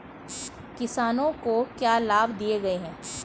किसानों को क्या लाभ दिए गए हैं?